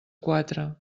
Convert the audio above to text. quatre